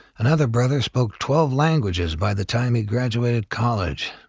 another brother spoke twelve languages by the time he graduated college.